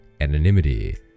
anonymity